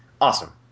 awesome